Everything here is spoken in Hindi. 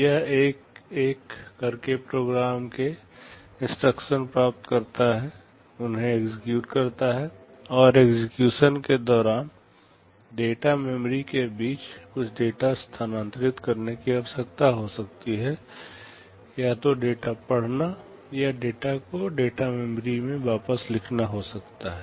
यह एक एक करके प्रोग्राम से इंस्ट्रक्शन प्राप्त करता है उन्हें एक्ज़िक्युट करता है और एक्जिक्यूसन के दौरान डेटा मेमोरी के बीच कुछ डेटा स्थानांतरित करने की आवश्यकता हो सकती है या तो डेटा पढ़ना या डेटा को डेटा मेमोरी में वापस लिखना हो सकता है